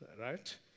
right